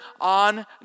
on